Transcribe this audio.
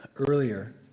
earlier